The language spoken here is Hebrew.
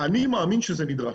אני מאמין שזה נדרש.